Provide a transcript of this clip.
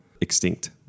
extinct